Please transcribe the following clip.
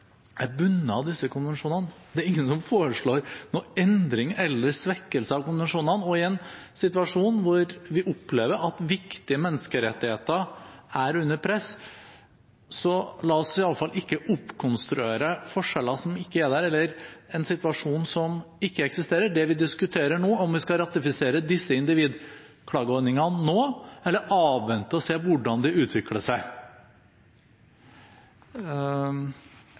er bundet av disse konvensjonene, og det er ingen som foreslår noen endring eller svekkelse av konvensjonene. I en situasjon hvor vi opplever at viktige menneskerettigheter er under press, så la oss iallfall ikke oppkonstruere forskjeller som ikke er der, eller en situasjon som ikke eksisterer. Det vi skal diskutere nå, er om vi skal ratifisere disse individklageordningene nå, eller om vi skal avvente og se hvordan de utvikler seg.